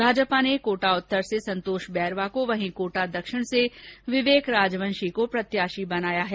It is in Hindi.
भाजपा ने कोटा उत्तर से संतोष बैरवा को वहीं कोटा दक्षिण से विवेक राजवंशी को प्रत्याशी बनाया है